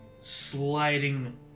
sliding